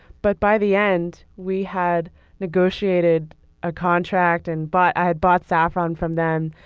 but by the end, we had negotiated a contract and but i had bought saffron from them.